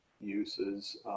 uses